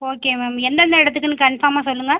okay ma'am எந்தெந்த இடத்துக்குன்னு கன்ஃபார்மாக சொல்லுங்கள்